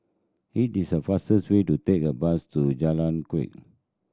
it is faster way to take the bus to Jalan Kuak